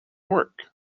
work